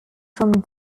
from